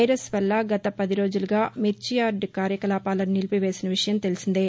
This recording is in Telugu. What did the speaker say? వైరస్ వల్ల గత పది రోజులుగా మిర్చి యార్డు కార్యకలాపాలను నిలిపి వేసిన విషయం తెలిసిందే